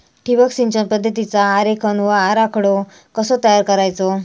ठिबक सिंचन पद्धतीचा आरेखन व आराखडो कसो तयार करायचो?